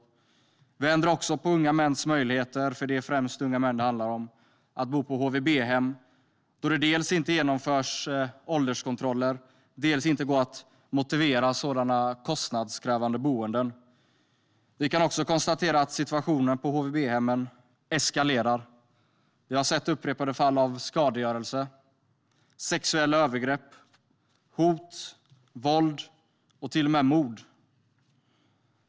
Vi ändrar också på unga mäns möjligheter - det är främst unga män det handlar om - att bo på HVB-hem eftersom det dels inte genomförs ålderskontroller, dels inte går att motivera sådana kostnadskrävande boenden. Vi kan också konstatera att situationen på HVB-hemmen eskalerar. Vi har sett upprepade fall av skadegörelse, sexuella övergrepp, hot, våld och till och med mord.